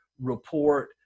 report